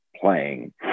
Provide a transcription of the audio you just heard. playing